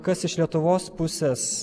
kas iš lietuvos pusės